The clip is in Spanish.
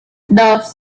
dos